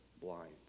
blind